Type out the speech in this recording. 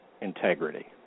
integrity